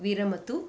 विरमतु